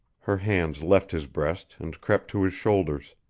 her hands left his breast and crept to his shoulders